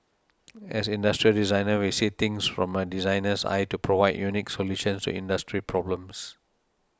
as industrial designer we see things from a designer's eye to provide unique solutions to industry problems